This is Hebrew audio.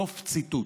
סוף ציטוט.